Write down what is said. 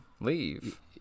leave